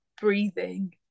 breathing